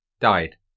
died